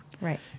Right